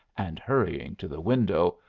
and hurrying to the window.